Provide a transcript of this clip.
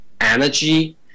energy